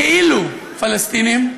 בכאילו-פלסטינים,